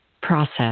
process